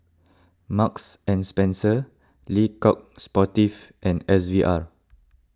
Marks and Spencer Le Coq Sportif and S V R